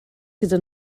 gyda